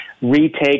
retake